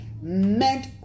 meant